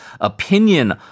opinion